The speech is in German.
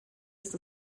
ist